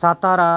Satara